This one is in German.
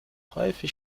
häufig